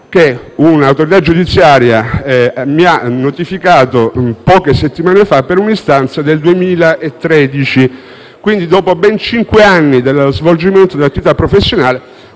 un'autorità giudiziaria mi ha notificato poche settimane fa per un'istanza del 2013, e quindi dopo ben cinque anni dallo svolgimento dell'attività professionale.